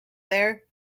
there